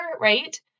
right